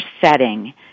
setting